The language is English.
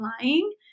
lying